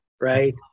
right